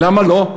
למה לא.